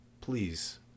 please